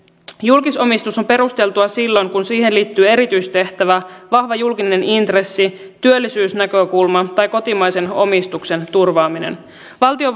julkisomistus on perusteltua silloin kun siihen liittyy erityistehtävä vahva julkinen intressi työllisyysnäkökulma tai kotimaisen omistuksen turvaaminen valtio